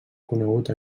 conegut